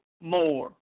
more